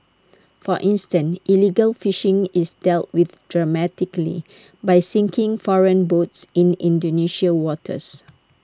for instance illegal fishing is dealt with dramatically by sinking foreign boats in Indonesian waters